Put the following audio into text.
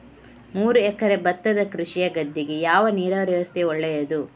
ಮೂರು ಎಕರೆ ಭತ್ತದ ಕೃಷಿಯ ಗದ್ದೆಗೆ ಯಾವ ನೀರಾವರಿ ವ್ಯವಸ್ಥೆ ಒಳ್ಳೆಯದು?